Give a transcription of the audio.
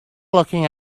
looking